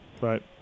Right